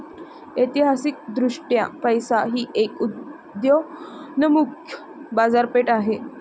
ऐतिहासिकदृष्ट्या पैसा ही एक उदयोन्मुख बाजारपेठ आहे